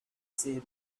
say